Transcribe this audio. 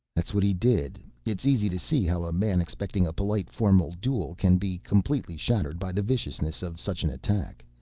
that's what he did. it's easy to see how a man expecting a polite, formal duel can be completely shattered by the viciousness of such an attack.